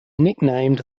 nicknamed